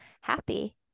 happy